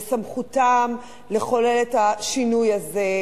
ובסמכותם לחולל את השינוי הזה.